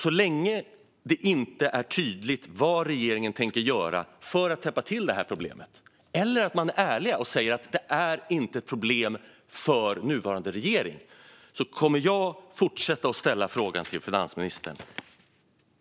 Så länge det antingen inte är tydligt vad regeringen tänker göra för att lösa detta problem eller regeringen är tydlig och säger att detta inte är ett problem för regeringen kommer jag att fortsätta att ställa frågan till finansministern.